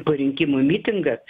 po rinkimų mitingas